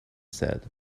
said